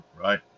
right